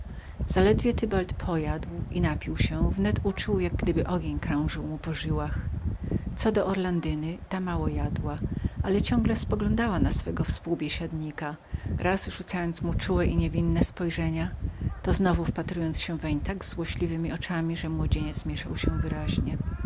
zaledwie tybald podjadł i napił się wnet uczuł jak gdyby ogień krążył mu po żyłach co do orlandyny ta mało jadła ale ciągle poglądała na swego współbiesiadnika raz rzucając mu czułe i niewinne wejrzenia to znowu wpatrując się weń tak złośliwemi oczyma że młodzieniec mieszał się wyraźnie